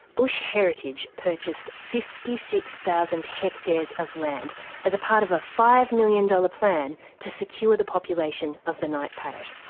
bush heritage purchased fifty six thousand hectares of land as part of a five million dollars plan to secure the population of the night parrot.